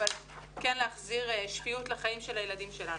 אבל כן להחזיר שפיות לחיים של הילדים שלנו.